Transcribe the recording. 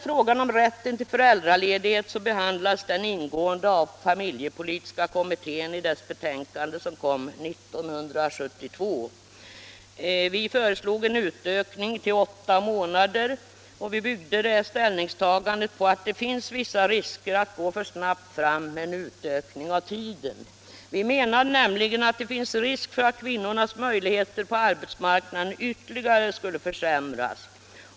Frågan om rätten till föräldraledighet behandlades ingående i famil jepolitiska kommitténs betänkande, som kom 1972. Vi föreslog en ut Nr 24 ökning till åtta månader, och vi byggde det ställningstagandet på att det finns vissa risker med att gå för snabbt fram med en ökning av tiden. Vi menar nämligen att det finns risk för att kvinnornas möjligheter på arbetsmarknaden ytterligare skulle försämras.